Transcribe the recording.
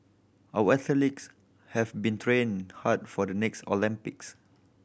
our athletes have been training hard for the next Olympics